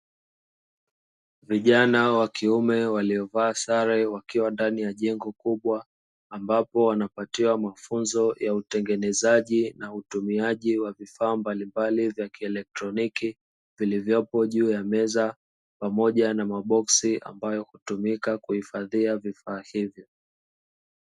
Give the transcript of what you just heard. vijana wa kiume waliovaa sare ,wakiwa ndani ya jengo kubwa ,ambapo wanapatiwa mafunzo ya utengenezaji na utumiaji wa vifaa mbalimbali vya kieletroniki, vilivyopo juu ya meza ,pamoja na maboksi ambayo hutumika kuhifadhia vifaa hivyo.